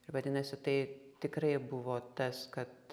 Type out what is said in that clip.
ir vadinasi tai tikrai buvo tas kad